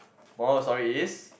moral of the story is